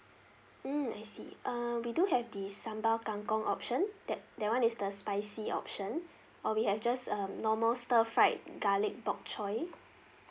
mm I see uh we do have the sambal kangkong option that that [one] is the spicy option or we have just um normal stir fried garlic bok choy